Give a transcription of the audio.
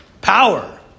power